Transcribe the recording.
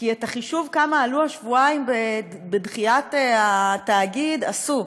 כי את החישוב כמה עלו השבועיים בדחיית התאגיד עשו,